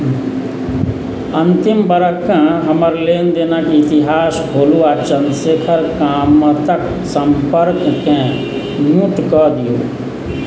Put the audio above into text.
अन्तिम बरषके हमर लेनदेनक इतिहास खोलू आ चंद्रशेखर कामतक सम्पर्ककेँ म्यूट कऽ दिऔ